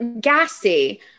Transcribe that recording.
gassy